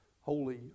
holy